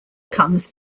comes